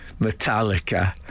Metallica